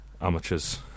Amateurs